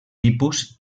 tipus